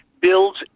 builds